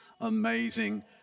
amazing